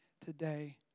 today